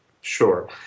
Sure